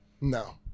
No